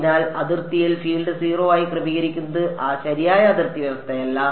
അതിനാൽ അതിർത്തിയിൽ ഫീൽഡ് 0 ആയി ക്രമീകരിക്കുന്നത് ശരിയായ അതിർത്തി വ്യവസ്ഥയല്ല